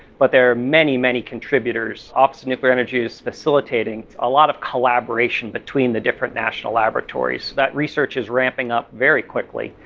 but there are many many contributors. the office of nuclear energy is facilitating a lot of collaboration between the different national laboratories. that research is ramping up very quickly.